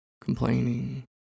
complaining